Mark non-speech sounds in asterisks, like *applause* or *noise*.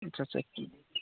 *unintelligible*